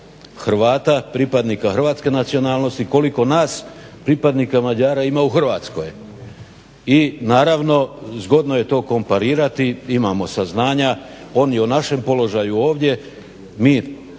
Hrvata pripadnika hrvatske nacionalnosti koliko nas pripadnika Mađara ima u Hrvatskoj. I naravno zgodno je to komparirati, imamo saznanja oni o našem položaju ovdje, mi